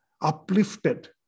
uplifted